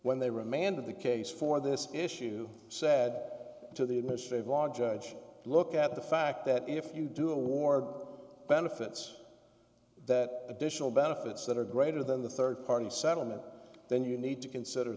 when they remanded the case for this issue said to the administrative law judge look at the fact that if you do award benefits that additional benefits that are greater than the third party settlement then you need to consider